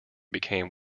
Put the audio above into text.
became